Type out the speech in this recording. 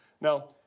now